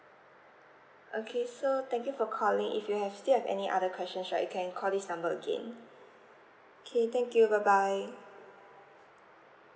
okay so thank you for calling if you have still have any other questions right you can call this number again okay thank you bye bye